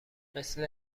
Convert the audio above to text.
مثل